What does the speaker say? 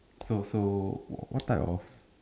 so so what type of